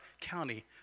county